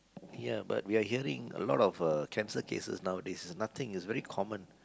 ya but we are hearing a lot of uh cancer cases nowadays it's nothing it's very common